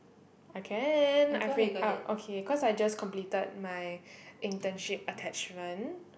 I can I freak out okay cause I just completed my internship attachment